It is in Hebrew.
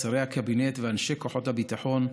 שרי הקבינט ואנשי כוחות הביטחון,